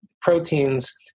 Proteins